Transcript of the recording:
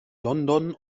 london